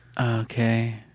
Okay